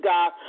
God